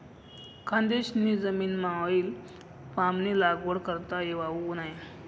खानदेशनी जमीनमाऑईल पामनी लागवड करता येवावू नै